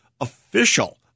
official